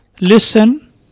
listen